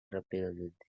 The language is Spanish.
rápidamente